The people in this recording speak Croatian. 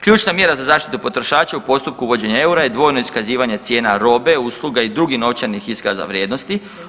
Ključna mjera za zaštitu potrošača u postupku uvođenja eura je dvojno iskazivanje cijena robe, usluga i drugih novčanih iskaza vrijednosti.